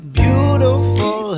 beautiful